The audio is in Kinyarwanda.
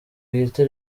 bwite